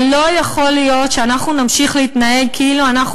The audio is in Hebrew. אבל לא יכול להיות שאנחנו נמשיך להתנהג כאילו אנחנו